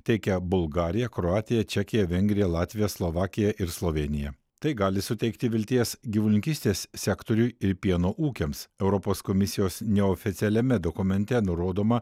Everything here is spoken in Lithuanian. teikia bulgarija kroatija čekija vengrija latvija slovakija ir slovėnija tai gali suteikti vilties gyvulininkystės sektoriui ir pieno ūkiams europos komisijos neoficialiame dokumente nurodoma